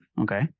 Okay